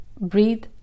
breathe